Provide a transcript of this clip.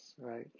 right